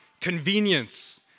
convenience